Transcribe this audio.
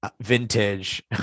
Vintage